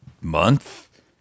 Month